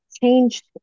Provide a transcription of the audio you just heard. changed